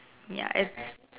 ya it's